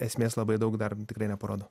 esmės labai daug dar tikrai neparodo